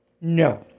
No